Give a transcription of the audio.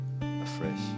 afresh